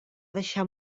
deixar